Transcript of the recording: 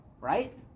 Right